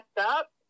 up